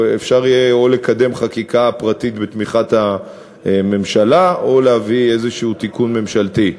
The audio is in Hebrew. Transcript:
לקדם חקיקה פרטית בתמיכת הממשלה או להביא איזה תיקון ממשלתי.